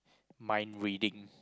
mind reading